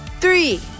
three